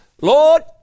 Lord